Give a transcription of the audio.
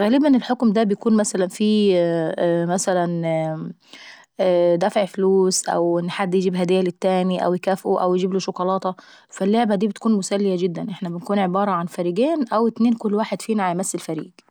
وبيكون عندي تحدي واصرار ان انا نعدي المستوى الصعب.